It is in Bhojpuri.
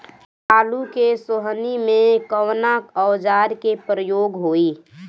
आलू के सोहनी में कवना औजार के प्रयोग होई?